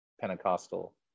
Pentecostal